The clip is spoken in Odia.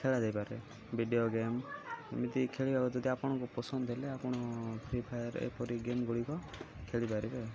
ଖେଳା ଯାଇ ପାରେ ଭିଡ଼ିଓ ଗେମ୍ ଏମିତି ଖେଳିବାକୁ ଯଦି ଆପଣଙ୍କୁ ପସନ୍ଦ ହେଲେ ଆପଣ ଫ୍ରି ଫାୟାର ଏପରି ଗେମ୍ଗୁଡ଼ିକ ଖେଳିପାରିବେ ଆ